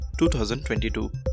2022